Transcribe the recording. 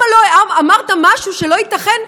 אמרת משהו שלא ייתכן.